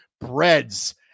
breads